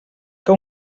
que